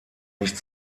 nicht